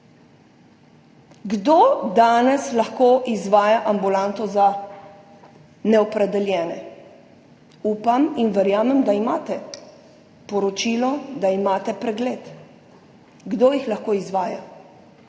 Kdo danes lahko izvaja ambulanto za neopredeljene? Upam in verjamem, da imate poročilo, da imate pregled, kdo jih lahko izvaja.